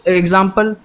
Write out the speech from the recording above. example